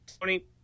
Tony